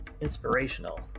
Inspirational